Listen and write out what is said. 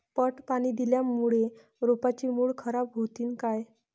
पट पाणी दिल्यामूळे रोपाची मुळ खराब होतीन काय?